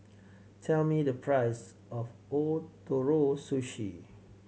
tell me the price of Ootoro Sushi